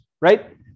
right